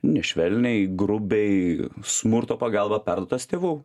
nešvelniai grubiai smurto pagalba perduotas tėvų